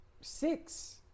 six